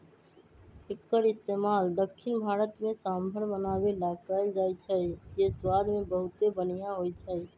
एक्कर इस्तेमाल दख्खिन भारत में सांभर बनावे ला कएल जाई छई जे स्वाद मे बहुते बनिहा होई छई